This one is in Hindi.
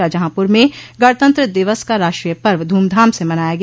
शाहजहाँपुर में गणतंत्र दिवस का राष्ट्रीय पर्व धूमधाम से मनाया गया